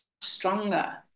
stronger